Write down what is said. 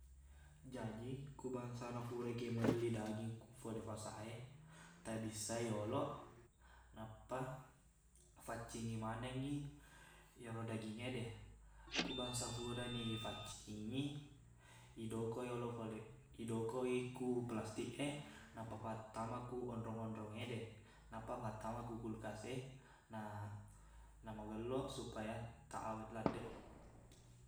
Jaji ku bangsana furakiq melli daging fole fasaq e tabissai yoloq nappa faccingi manengngi iyero dagingngede ku bangsa furani ifaccingi idokoq yoloq pole- idokoq i ku plastik e nappa fattama ku onrong-onrongngede nappa fattama ku kulkas e na- na magello supaya taqawet laddeq i